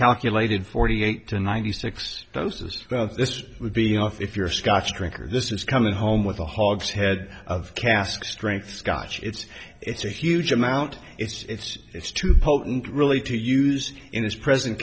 calculated forty eight to ninety six doses this would be off if you're scotch drinker this is coming home with a hogshead of cask strength scotch it's it's a huge amount it's it's too potent really to use in this present